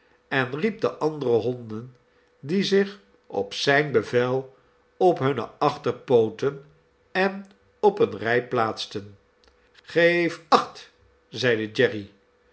en riep de andere honden die zich op zijn bevel op hunne achterpooten en op eene rij plaatsten geef acht zeide jerry